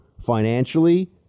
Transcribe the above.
financially